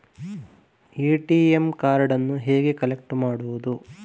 ATM ಕಾರ್ಡನ್ನು ಹೇಗೆ collect ಮಾಡುವುದು?